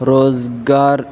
روزگار